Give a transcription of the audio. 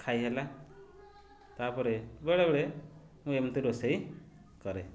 ଖାଇ ହେଲା ତା'ପରେ ବେଳେ ବେଳେ ମୁଁ ଏମିତି ରୋଷେଇ କରେ